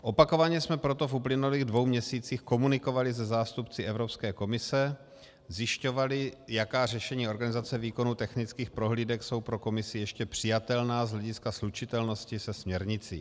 Opakovaně jsme proto v uplynulých dvou měsících komunikovali se zástupci Evropské komise, zjišťovali, jaká řešení organizace výkonu technických prohlídek jsou pro Komisi ještě přijatelná z hlediska slučitelnosti se směrnicí.